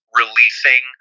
releasing